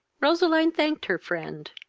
roseline thanked her friend,